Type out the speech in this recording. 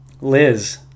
Liz